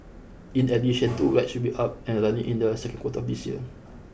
in addition two rides should be up and running in the second quarter of this year